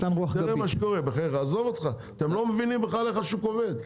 אתם לא מבינים בכלל איך השוק עובד,